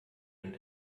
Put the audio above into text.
und